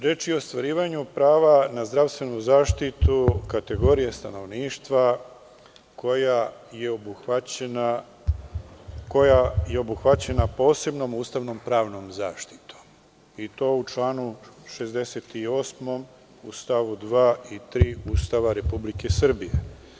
Reč je o ostvarivanju prava na zdravstvenu zaštitu kategorije stanovništva koja je obuhvaćena posebnom ustavnom pravnom zaštitom i to u članu 68. u stavu 2. i 3. Ustava Republike Srbije.